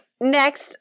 next